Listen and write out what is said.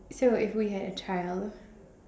so if we had a child